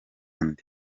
nde